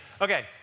Okay